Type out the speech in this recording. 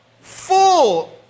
full